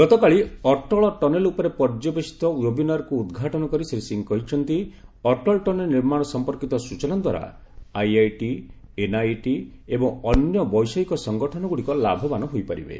ଗତକାଲି ଅଟଳ ଟନେଲ୍ ଉପରେ ପର୍ଯ୍ୟବେସିତ ଓ୍ୱେବିନାର୍କୁ ଉଦ୍ଘାଟନ କରି ଶ୍ରୀ ସିଂ କହିଛନ୍ତି ଅଟଳ ଟନେଲ ନିର୍ମାଣ ସଂପର୍କିତ ସୂଚନା ଦ୍ୱାରା ଆଇଆଇଟି ଏନ୍ଆଇଟି ଏବଂ ଅନ୍ୟ ବୈଷୟିକ ସଂଗଠନଗୁଡ଼ିକ ଲାଭବାନ ହୋଇପାରିବେ